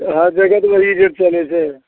हर जगह तऽ वही रेट चलै छै